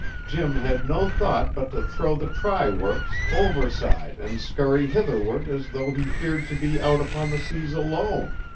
jim had no thought but to throw the try works overside and scurry hitherward as though he feared to be out upon the seas alone.